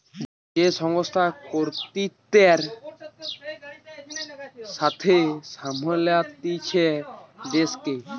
যে সংস্থা কর্তৃত্বের সাথে সামলাতিছে দেশকে